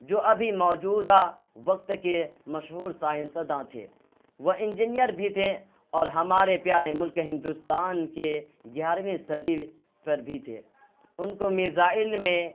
جو ابھی موجودہ وقت کے مشہور سائنس داں تھے وہ انجینئر بھی تھے اور ہمارے پیارے ملک ہندوستان کے گیارہویں صدر پر بھی تھے ان کو میزائل میں